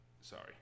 Sorry